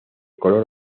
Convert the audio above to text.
color